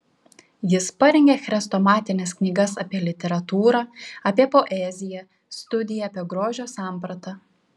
jis parengė chrestomatines knygas apie literatūrą apie poeziją studiją apie grožio sampratą